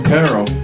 Peril